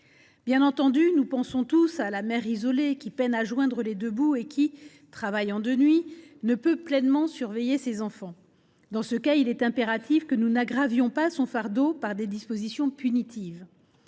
Bien entendu, nous pensons tous au cas de la mère isolée qui peine à joindre les deux bouts et qui, travaillant de nuit, ne peut pleinement surveiller ses enfants. Dans ce cas, il est impératif que nous n’aggravions pas son fardeau par des dispositions punitives.